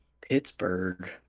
pittsburgh